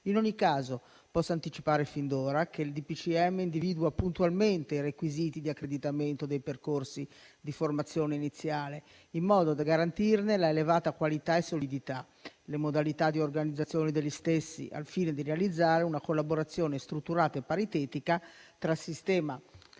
In ogni caso, posso anticipare fin d'ora che il DPCM individua puntualmente: i requisiti di accreditamento dei percorsi di formazione iniziale, in modo da garantirne l'elevata qualità e solidità; le modalità di organizzazione degli stessi al fine di realizzare una collaborazione strutturata e paritetica tra sistema